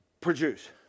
produce